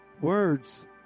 words